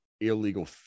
illegal